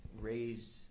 raised